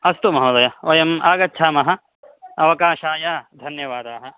अस्तु महोदय वयं आगच्छामः अवकाशाय धन्यवादाः